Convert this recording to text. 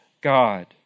God